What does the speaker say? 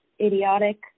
idiotic